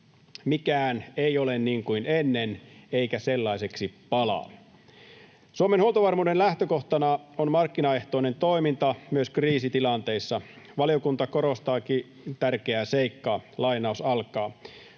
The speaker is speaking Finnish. mikään ei ole niin kuin ennen eikä sellaiseksi palaa. Suomen huoltovarmuuden lähtökohtana on markkinaehtoinen toiminta myös kriisitilanteissa. Valiokunta korostaakin tärkeää seikkaa: ”Suomen